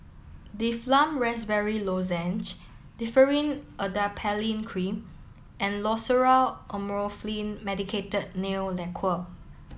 Difflam Raspberry Lozenges Differin Adapalene Cream and Loceryl Amorolfine Medicated Nail Lacquer